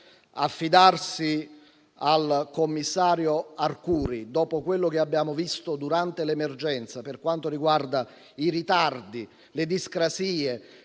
affidarsi al commissario Arcuri, dopo quello che abbiamo visto durante l'emergenza - i ritardi e le discrasie